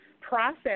Process